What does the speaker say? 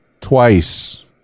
twice